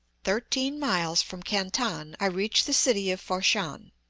thirteen miles from canton i reach the city of fat-shan.